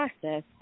process